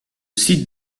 site